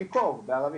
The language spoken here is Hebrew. שיכור.